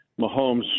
Mahomes